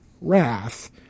wrath